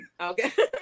Okay